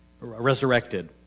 Resurrected